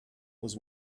was